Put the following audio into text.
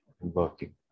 working